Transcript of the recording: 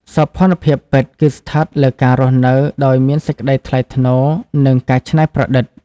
សោភ័ណភាពពិត គឺស្ថិតលើការរស់នៅដោយមានសេចក្ដីថ្លៃថ្នូរ និងការច្នៃប្រឌិត។